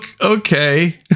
okay